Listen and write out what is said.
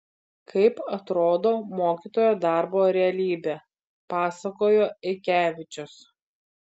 kaip atrodo mokytojo darbo realybė pasakojo eikevičius